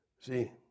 See